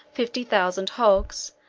fifty thousand hogs,